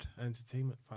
entertainment